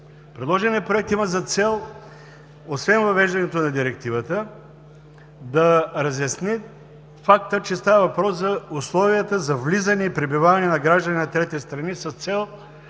Предложеният проект има за цел, освен въвеждането на Директивата, да разясни факта, че става въпрос за условията за влизане и пребиваване на граждани на трети страни с цел, на първо